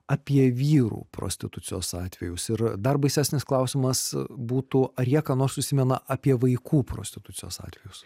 apie vyrų prostitucijos atvejus ir dar baisesnis klausimas būtų ar jie ką nors užsimena apie vaikų prostitucijos atvejus